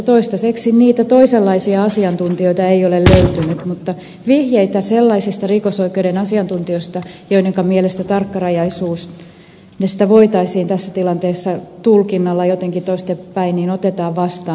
toistaiseksi niitä toisenlaisia asiantuntijoita ei ole löytynyt mutta vihjeitä sellaisista rikosoi keuden asiantuntijoista joidenka mielestä tarkkarajaisuutta voitaisiin tässä tilanteessa tulkita jotenkin toistepäin otetaan vastaan